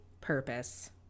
purpose